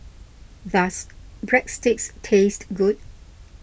does Breadsticks taste good